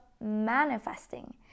manifesting